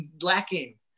Lacking